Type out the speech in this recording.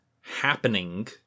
happening